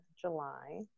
July